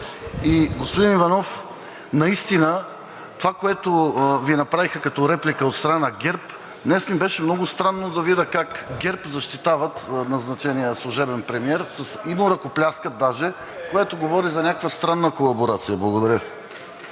Господин Иванов, наистина това, което Ви направиха като реплика от страна на ГЕРБ, днес ми беше много странно да видя как ГЕРБ защитават назначения служебен премиер и му ръкопляскат даже, което говори за някаква странна колаборация. Благодаря